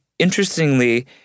Interestingly